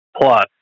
plus